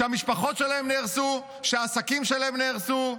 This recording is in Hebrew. שהמשפחות שלהם נהרסו, שהעסקים שלהם נהרסו,